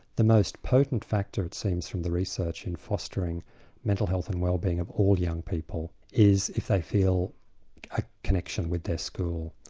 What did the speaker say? the most potent factor it seems from the research in fostering mental health and well being of all young people is if they feel a connection with their school.